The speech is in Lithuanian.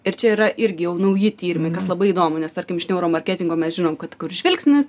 ir čia yra irgi jau nauji tyrimai kas labai įdomu nes tarkim iš neuro marketingo mes žinom kad kur žvilgsnis